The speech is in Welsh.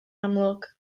amlwg